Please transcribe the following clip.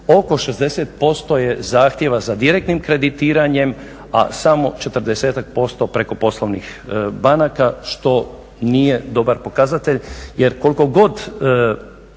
oko 60% je zahtjeva za direktnim kreditiranjem a samo 40-ak% preko poslovnih banaka što nije dobar pokazatelj jer koliko god